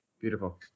Beautiful